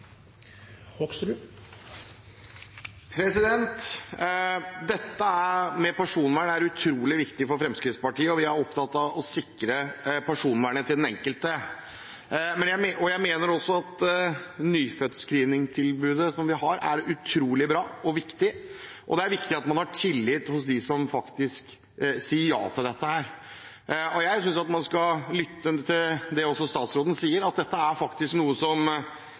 opptatt av å sikre personvernet til den enkelte. Jeg mener at tilbudet om nyfødtscreening som vi har, er utrolig bra og viktig, og at det er viktig at man har tillit hos dem som faktisk sier ja til dette. Jeg synes man skal lytte til det statsråden sier, at dette er noe som faktisk styrker og rydder opp i en del av det som